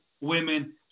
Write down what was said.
women